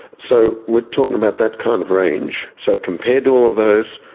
so we're talking about that kind of range. so compared to all of those,